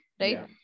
right